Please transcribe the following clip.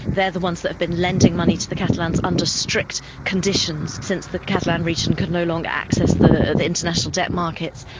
the ones that have been lending money to the catalans under strict conditions since the catalan region could no longer access the the international debt markets,